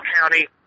County